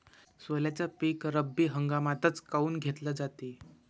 सोल्याचं पीक रब्बी हंगामातच काऊन घेतलं जाते?